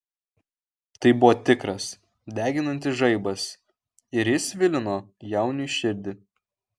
tai buvo tikras deginantis žaibas ir jis svilino jauniui širdį